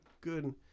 good